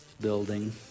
building